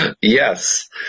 Yes